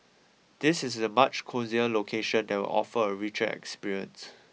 this is a much cosier location that will offer a richer experience